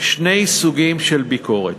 שני סוגים של ביקורת: